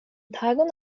tagon